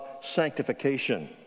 sanctification